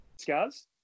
Scars